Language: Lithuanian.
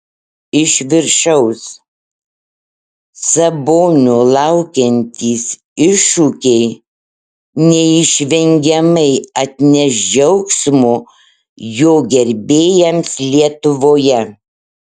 iš viršaus sabonio laukiantys iššūkiai neišvengiamai atneš džiaugsmo jo gerbėjams lietuvoje